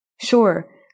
Sure